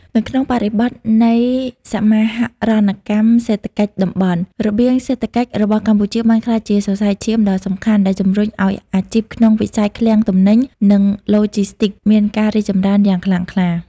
នៅក្នុងបរិបទនៃសមាហរណកម្មសេដ្ឋកិច្ចតំបន់ របៀងសេដ្ឋកិច្ចរបស់កម្ពុជាបានក្លាយជាសរសៃឈាមដ៏សំខាន់ដែលជំរុញឱ្យអាជីពក្នុងវិស័យឃ្លាំងទំនិញ និងឡូជីស្ទីកមានការរីកចម្រើនយ៉ាងខ្លាំងក្លា។